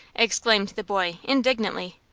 exclaimed the boy, indignantly.